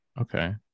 Okay